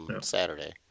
Saturday